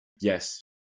Yes